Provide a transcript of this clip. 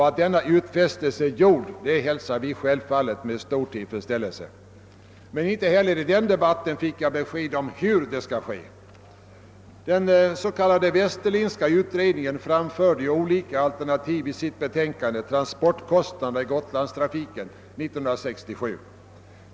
Att denna utfästelse är gjord hälsar vi självfallet med stor tillfredsställelse. Men inte heller i den debatten fick jag besked om hur det skall ske. Den s.k. Westerlindska utredningen framförde ju olika alternativ i sitt betänkande 1967 Transportkostnader i Gotlandstrafiken.